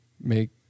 Make